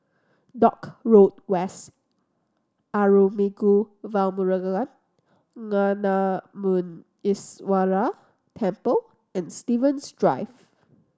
Dock Road West Arulmigu Velmurugan Gnanamuneeswarar Temple and Stevens Drive